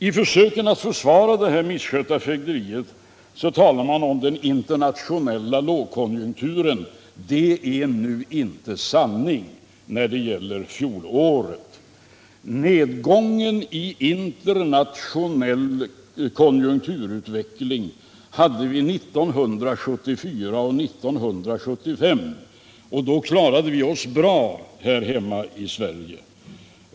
I försöken att försvara det misskötta fögderiet talar man om den internationella lågkonjunkturen. Det är felaktigt att göra det, när det gäller fjolåret. Nedgången i internationell konjunkturutveckling hade vi 1974 och 1975, och då klarade vi oss bra här hemma i Sverige.